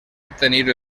obtenir